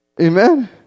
amen